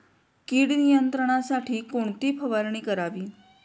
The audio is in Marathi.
कीड नियंत्रणासाठी कोणती फवारणी करावी?